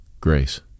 grace